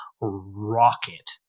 rocket